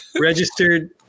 Registered